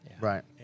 Right